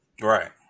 Right